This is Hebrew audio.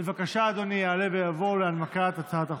בבקשה, אדוני יעלה ויבוא להנמקת הצעת החוק.